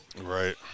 Right